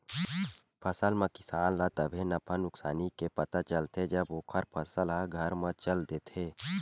फसल म किसान ल तभे नफा नुकसानी के पता चलथे जब ओखर फसल ह घर म चल देथे